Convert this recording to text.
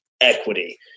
equity